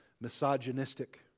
misogynistic